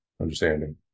understanding